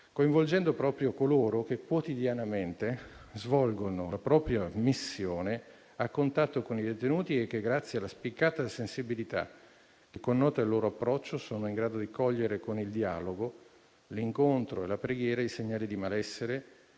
coinvolgendo proprio coloro che quotidianamente svolgono la propria missione a contatto con i detenuti e che, grazie alla spiccata sensibilità che connota il loro approccio, sono in grado di cogliere con il dialogo, l'incontro e la preghiera, i segnali di malessere